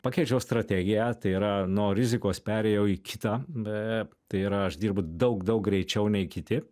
pakeičiau strategiją tai yra no rizikos perėjau į kitą eee tai yra aš dirbu daug daug greičiau nei kiti